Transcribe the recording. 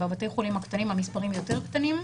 בבתי החולים הקטנים המספרים יותר קטנים.